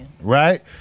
right